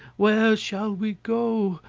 where shall we go?